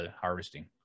harvesting